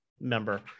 member